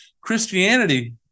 Christianity